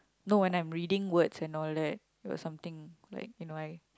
no when I'm reading words and all that it was something like you know I